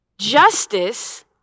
Justice